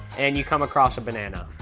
and you come across a banana.